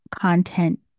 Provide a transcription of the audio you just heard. content